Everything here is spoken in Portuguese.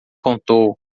contou